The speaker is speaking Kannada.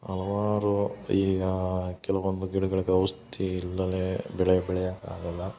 ಹಲವಾರು ಈಗ ಕೆಲವೊಂದು ಗಿಡಗಳಿಗೆ ಔಷ್ಧಿ ಇಲ್ಲದೇ ಬೆಳೆ ಬೆಳಿಯಾಕ್ಕಾಗಲ್ಲ